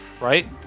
right